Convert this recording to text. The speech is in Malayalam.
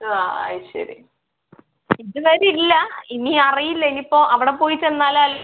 ആ അതുശരി ഇത് വരെ ഇല്ല ഇനി അറിയില്ല ഇനിയിപ്പോൾ അവിടെ പോയി ചെന്നാൽ